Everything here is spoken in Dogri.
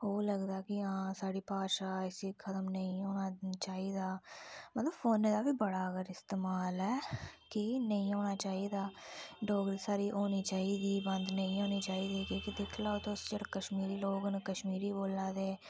ओह् लगदा जे हां साढी भाशा ऐ इसी खतम नेईं होना चाहि्दा मतलब फोने दा बी बड़ा अगर इस्तेमाल एह् कि नेईं होना चाहि्दा डोगरी साढ़ी होनी चाहि्दी बंद नेईं होनी चाहिदी कि दिक्खी लैओ तुस कश्मीरी लोक न कश्मीरी बोलै दे